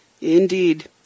Indeed